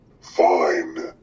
Fine